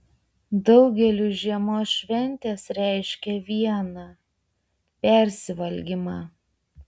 daugeliui žiemos šventės reiškia viena persivalgymą